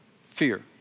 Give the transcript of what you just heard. Fear